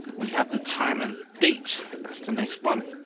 we have the time and date as the next one.